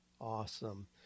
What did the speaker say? Awesome